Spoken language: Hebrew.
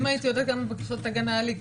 אם הייתי יודעת כמה בקשות תגענה היה לי קל לענות.